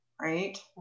right